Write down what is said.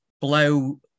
blow